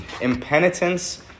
impenitence